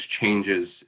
changes